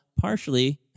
partially